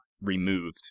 removed